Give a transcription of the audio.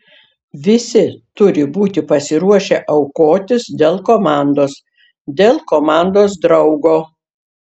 visi turi būti pasiruošę aukotis dėl komandos dėl komandos draugo